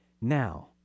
Now